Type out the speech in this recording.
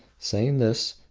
saying this,